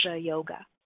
Yoga